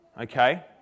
okay